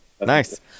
Nice